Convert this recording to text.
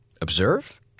Observe